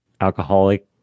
alcoholic